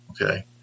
okay